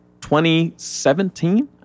2017